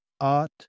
Art